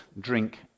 drink